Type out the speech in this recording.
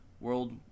World